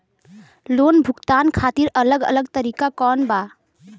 Loan भुगतान खातिर अलग अलग तरीका कौन बा?